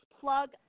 plug